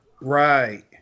Right